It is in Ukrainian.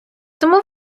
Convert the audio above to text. тому